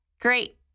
Great